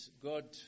God